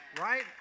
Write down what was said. Right